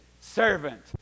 servant